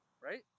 right